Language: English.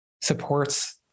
supports